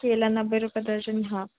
केला नवे रुपए दर्जन हा